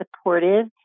supportive